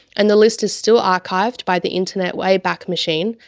and the list is still archived by the internet wayback machine,